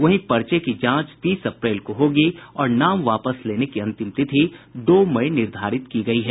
वहीं पर्चे की जांच तीस अप्रैल को होगी और नाम वापस लेने की अंतिम तिथि दो मई निर्धारित की गई है